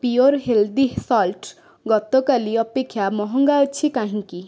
Puro health salt ଗତକାଲି ଅପେକ୍ଷା ମହଙ୍ଗା ଅଛି କାହିଁକି